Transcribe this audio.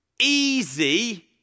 easy